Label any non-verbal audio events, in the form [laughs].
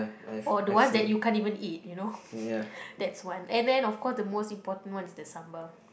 or the ones that you can't even eat you know [laughs] that's one and then of course the most important one is the sambal